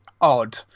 odd